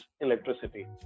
electricity